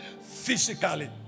physically